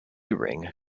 ring